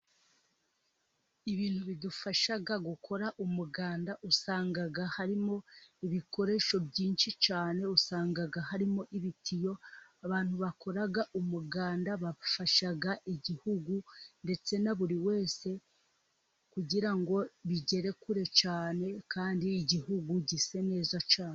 Ibintu bidufasha gukora umuganda, usanga harimo ibikoresho byinshi cyane, usanga harimo ibitiyo, abantu bakora umuganda, bafasha igihugu ndetse na buri wese, kugira ngo bigere kure cyane kandi igihugu gise neza cyane.